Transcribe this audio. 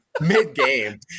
Mid-game